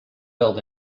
build